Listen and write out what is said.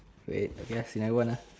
wait okay lah scenario one uh